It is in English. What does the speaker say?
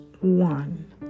one